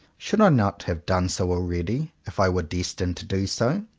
should i not have done so already, if i were destined to do so?